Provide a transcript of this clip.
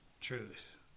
truth